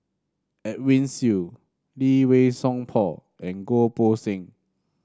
Edwin Siew Lee Wei Song Paul and Goh Poh Seng